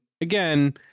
again